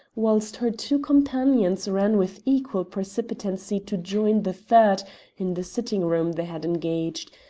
whilst her two companions ran with equal precipitancy to join the third in the sitting-room they had engaged,